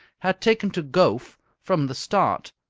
had taken to gowf from the start,